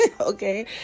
Okay